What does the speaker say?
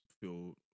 feel